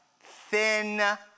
thin